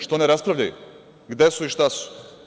Što ne raspravljaju, gde su i šta su?